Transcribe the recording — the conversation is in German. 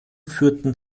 führten